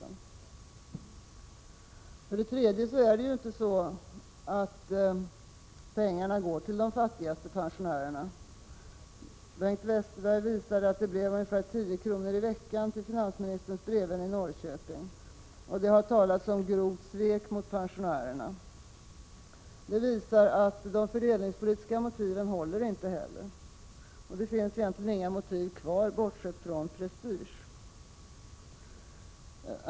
12 december 1986 För det tredje är det inte så att pengarna går till de fattigaste pensionärer= = 7 mo na. Bengt Westerberg visade att det blir ungefär 10 kr. i veckan till finansministerns brevvän i Norrköping. Det har talats om grovt svek mot pensionärerna. Detta visar att inte heller de fördelningspolitiska motiven håller. Det finns då egentligen inga motiv kvar — bortsett från prestige.